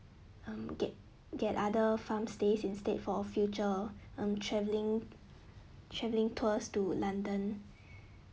um get get other farm stays instead for uh future um traveling traveling tours to london